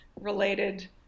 related